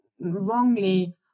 wrongly